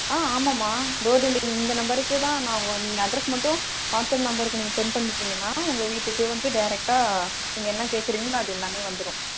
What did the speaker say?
ஆ ஆமாம்மா door delivery இந்த நம்பருக்குதான் நான் ஒ நீங்கள் அட்ரஸ் மட்டும் வாட்ஸ்அப் நம்பருக்கு நீங்கள் சென்ட் பண்ணிவிட்டீங்கன்னா உங்கள் வீட்டுக்கு வந்து டேரக்டாக நீங்கள் என்ன கேட்குறீங்களோ அது எல்லாமே வந்துடும்